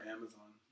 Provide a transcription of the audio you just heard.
Amazon